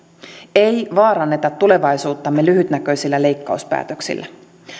ei vaaranneta tulevaisuuttamme lyhytnäköisillä leikkauspäätöksillä